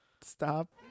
stop